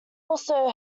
also